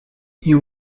you